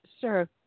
sir